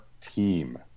team